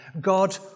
God